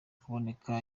kuboneka